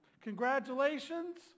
congratulations